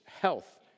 health